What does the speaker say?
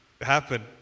happen